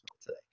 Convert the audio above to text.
today